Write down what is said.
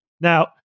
Now